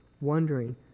wondering